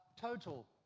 total